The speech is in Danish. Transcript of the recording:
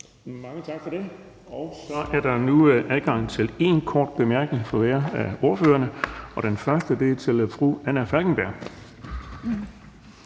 Mange tak for det. Nu er der så adgang til én kort bemærkning fra hver af ordførerne, og den første er til fru Anna Falkenberg.